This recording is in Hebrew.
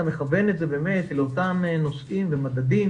מכוון את זה באמת לאותם נושאים ומדדים